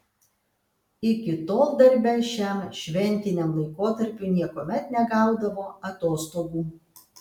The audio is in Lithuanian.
iki tol darbe šiam šventiniam laikotarpiui niekuomet negaudavo atostogų